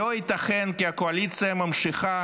לא ייתכן כי הקואליציה ממשיכה